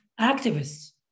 activists